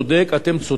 אני אטפל בעניין.